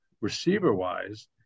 receiver-wise